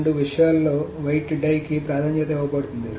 రెండు విషయాలలో weighted కి ప్రాధాన్యత ఇవ్వబడుతుంది